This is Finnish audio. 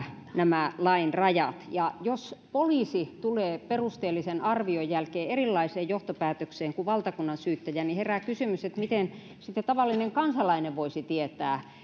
nämä lain rajat ja jos poliisi tulee perusteellisen arvion jälkeen erilaiseen johtopäätökseen kuin valtakunnansyyttäjä niin herää kysymys miten sitten tavallinen kansalainen voisi tietää